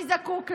מי זקוק לה?